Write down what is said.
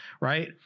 right